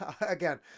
Again